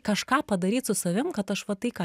kažką padaryt su savim kad aš va tai ką